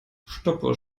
stoppuhr